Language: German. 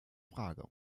frage